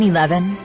Eleven